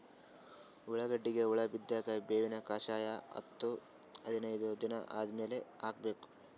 ಉಳ್ಳಾಗಡ್ಡಿಗೆ ಹುಳ ಬಿದ್ದಾಗ ಬೇವಿನ ಕಷಾಯ ಹತ್ತು ಹದಿನೈದ ದಿನ ಆದಮೇಲೆ ಹಾಕಬೇಕ?